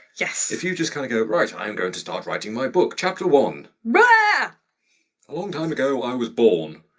yes. if you just kinda go, right, i'm going to start writing my book, chapter one. but a long time ago i was born.